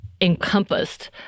encompassed